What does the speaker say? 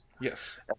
Yes